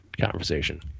conversation